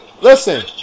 Listen